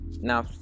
Now